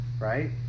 right